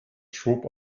schob